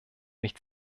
nicht